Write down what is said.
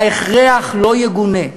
הכרח לא יגונה.